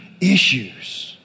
issues